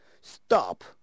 Stop